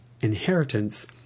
inheritance